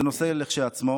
זה נושא כשלעצמו.